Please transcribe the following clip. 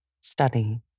study